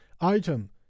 Item